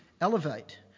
elevate